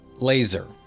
laser